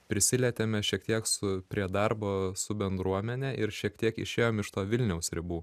prisilietėme šiek tiek su prie darbo su bendruomene ir šiek tiek išėjom iš to vilniaus ribų